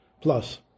plus